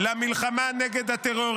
-- ולתת יד למלחמה נגד הטרור.